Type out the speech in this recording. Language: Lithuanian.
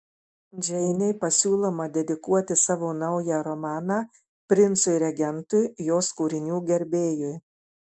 džeinei pasiūloma dedikuoti savo naują romaną princui regentui jos kūrinių gerbėjui